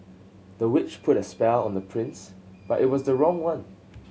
the witch put a spell on the prince but it was the wrong one